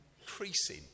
increasing